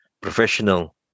professional